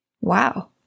Wow